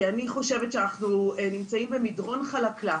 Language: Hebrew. כי אני חושבת שאנחנו נמצאים במדרון חלקלק.